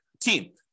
team